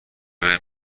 بریم